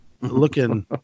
looking